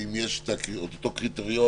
שאם יש את אותו קריטריון